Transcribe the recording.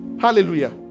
Hallelujah